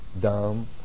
dumb